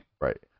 Right